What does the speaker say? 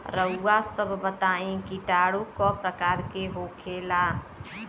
रउआ सभ बताई किटाणु क प्रकार के होखेला?